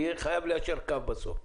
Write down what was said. יהיו חייבים ליישר קו בסוף.